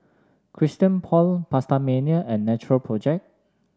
Christian Paul PastaMania and Natural Project